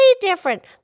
different